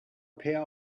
pair